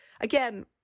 again